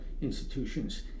institutions